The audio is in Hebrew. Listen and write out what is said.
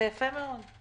זה יפה מאוד.